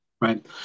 Right